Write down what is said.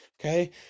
Okay